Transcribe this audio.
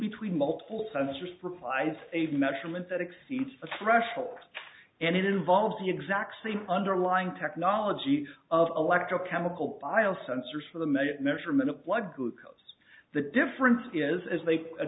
between multiple sensors provides a measurement that exceeds a threshold and it involves the exact same underlying technology of electro chemical pile sensors for them a measurement of blood glucose the difference is as